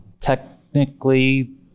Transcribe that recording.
Technically